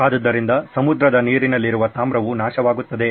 ಆದ್ದರಿಂದ ಸಮುದ್ರದ ನೀರಿನಲ್ಲಿರುವ ತಾಮ್ರವು ನಾಶವಾಗುತ್ತದೆ